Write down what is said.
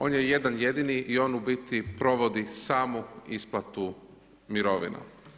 On je jedan jedini i on u biti provodi samu isplatu mirovina.